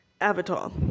Avatar